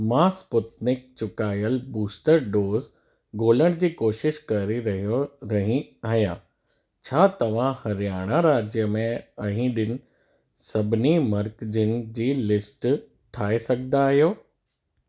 मां स्पूतनिक चुकायल booster dose ॻोल्हण जी कोशिश करे रहियो रही आहियां छा तव्हां हरियाणा राज्य में कंहिं ॾींहुं सभिनी मर्कज़नि जी लिस्ट ठाहे सघंदा आहियो